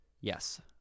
Yes